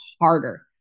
harder